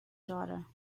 daughter